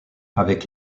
avec